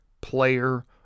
player